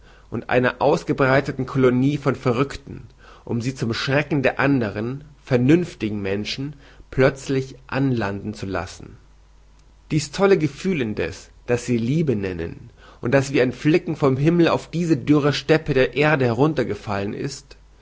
und einer ausgebreiteten kolonie von verrückten um sie zum schrecken der andern vernünftigen menschen plözlich anlanden zu lassen dies tolle gefühl indeß das sie liebe nennen und das wie ein flicken vom himmel auf diese dürre steppe der erde heruntergefallen ist